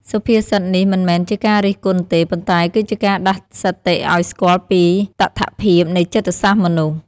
សុភាសិតនេះមិនមែនជាការរិះគន់ទេ ប៉ុន្តែគឺជាការដាស់សតិឱ្យស្គាល់ពីតថភាពនៃចិត្តសាស្ត្រមនុស្ស។